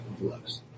lux